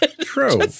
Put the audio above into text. True